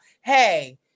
hey